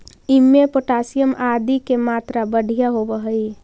इमें पोटाशियम आदि के मात्रा बढ़िया होवऽ हई